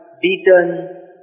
beaten